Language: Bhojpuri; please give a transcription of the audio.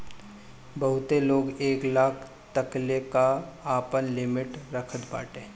बहुते लोग एक लाख तकले कअ आपन लिमिट रखत बाटे